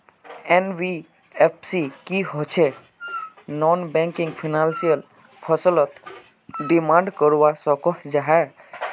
NBFC की छौ non banking financial फसलोत डिमांड करवा सकोहो जाहा?